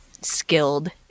skilled